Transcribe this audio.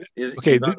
okay